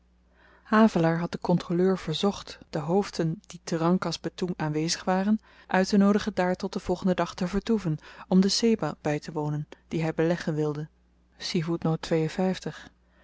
havelaar had den kontroleur verzocht de hoofden die te rangkas betoeng aanwezig waren uittenoodigen daar tot den volgenden dag te vertoeven om de sebah bytewonen die hy beleggen wilde